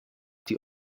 die